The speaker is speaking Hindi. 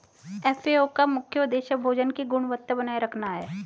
एफ.ए.ओ का मुख्य उदेश्य भोजन की गुणवत्ता बनाए रखना है